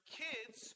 kids